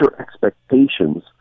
expectations